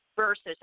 Versus